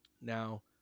now